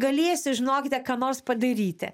galėsiu žinokite ką nors padaryti